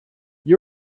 you